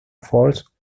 falls